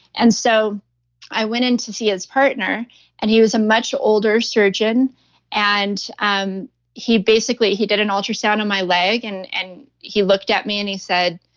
and so i went into see his partner and he was a much older surgeon and um he basically. he did an ultrasound on my leg and and he looked at me and he said,